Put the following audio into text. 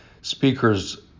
speakers